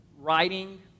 writing